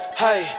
hey